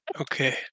Okay